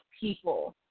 people